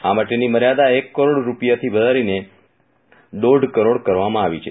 આ માટેની મર્યાદા એક કરોડ રૂપિયાથી વધારીને દોઢ કરોડ કરવામાં આવી છે